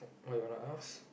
what you wanna ask